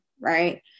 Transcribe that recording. right